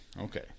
okay